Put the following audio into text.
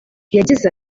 yagize